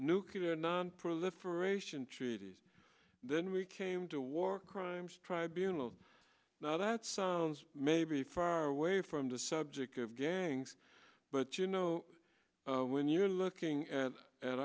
nuclear not proliferation treaty then we came to war crimes tribunals now that's maybe far away from the subject of gangs but you know when you're looking at a